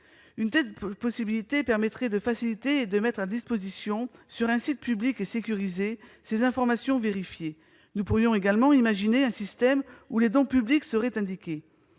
Une telle possibilité faciliterait la mise à disposition, sur un site public et sécurisé, d'informations vérifiées. Nous pourrions également imaginer un système où les dons publics seraient indiqués.